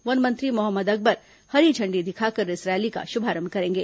one मंत्री मोहम्मद अकबर हरी झंडी दिखाकर इस रैली का शुभारंभ करेंगे